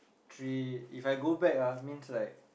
three If I go back ah means like